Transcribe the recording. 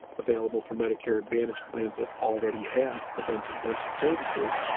available for medicare advantage plans that already have preventive dental services,